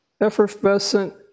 effervescent